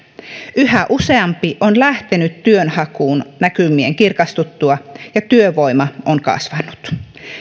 yhä useampi on lähtenyt työnhakuun näkymien kirkastuttua ja työvoima on kasvanut